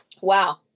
wow